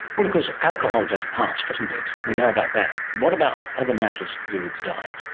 well, of course alcohol does pass, doesn't it, we know about that. what about other matters to do with the diet?